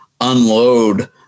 unload